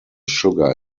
sugar